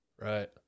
Right